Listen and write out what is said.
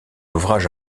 ouvrage